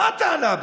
מה הטענה שלכם,